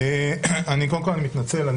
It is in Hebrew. קודם כל אני מתנצל,